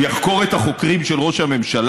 שהוא יחקור את החוקרים של ראש הממשלה,